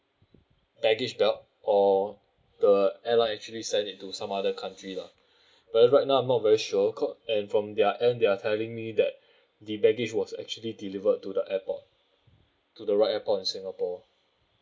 baggage belt or the airline actually send it to some other country lah well right now I'm not very sure cause and from their end they are telling me that the baggage was actually delivered to the airport to the right airport of singapore